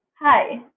Hi